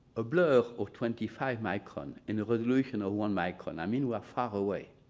a blur of twenty five micron and a resolution of one micron, i mean, we're far away.